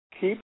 keep